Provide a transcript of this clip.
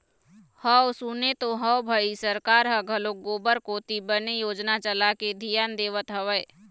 हव सुने तो हव भई सरकार ह घलोक गोबर कोती बने योजना चलाके धियान देवत हवय